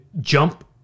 jump